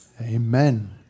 Amen